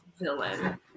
villain